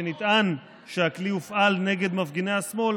כשנטען שהכלי הופעל נגד מפגיני השמאל,